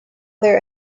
their